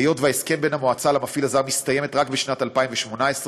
היות שההסכם בין המועצה למפעיל הזר מסתיים רק בשנת 2018,